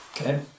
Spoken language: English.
Okay